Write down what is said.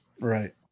right